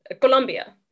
Colombia